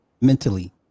mentally